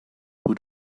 who